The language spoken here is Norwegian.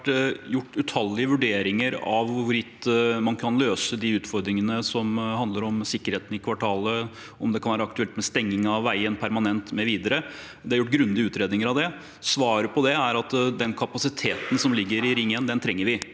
gjort utallige vurderinger av hvorvidt man kan løse de utfordringene som handler om sikkerheten i kvartalet, om det kan være aktuelt med stenging av veien permanent mv. Det er gjort grundige utredninger av det. Svaret på det er at vi trenger den kapasiteten som ligger i Ring 1. Jeg nevnte i